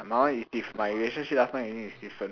my one is diff~ my relationship last time with him is different